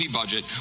budget